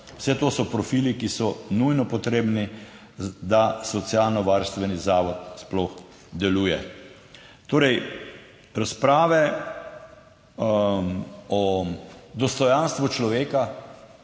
vse to so profili, ki so nujno potrebni, da socialno varstveni zavod sploh deluje. Torej razprave o dostojanstvu človeka